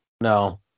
No